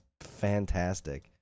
fantastic